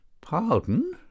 Pardon